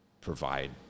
provide